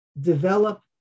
develop